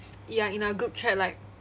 ya in our group chat like